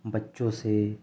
بچوں سے